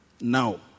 now